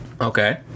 Okay